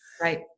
Right